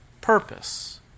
purpose